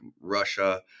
Russia